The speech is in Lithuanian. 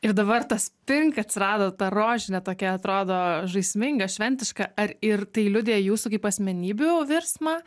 ir dabar tas pink atsirado ta rožinė tokia atrodo žaisminga šventiška ar ir tai liudija jūsų kaip asmenybių virsmą